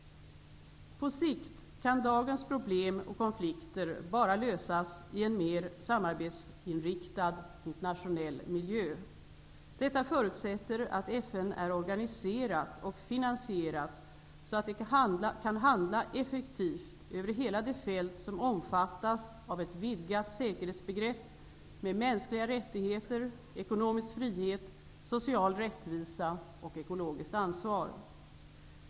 På sikt kan dagens problem och konflikter bara lösas i en mer samarbetsinriktad internationell miljö. Detta förutsätter att FN är organiserat och finansierat så att det kan handla effektivt över hela det fält som omfattas av ett vidgat säkerhetsbegrepp med mänskliga rättigheter, ekonomisk frihet, social rättvisa och ekologiskt ansvar.